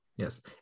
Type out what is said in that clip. Yes